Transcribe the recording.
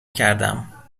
کردم